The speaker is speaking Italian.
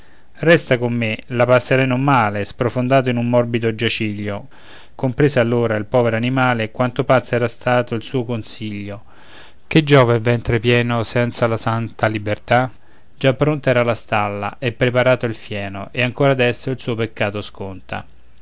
resta con me la passerai non male sprofondato in un morbido giaciglio comprese allora il povero animale quanto pazzo era stato il suo consiglio che giova il ventre pieno senza la santa libertà già pronta era la stalla e preparato il fieno e ancora adesso il suo peccato sconta